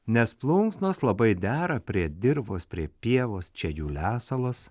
nes plunksnos labai dera prie dirvos prie pievos čia jų lesalas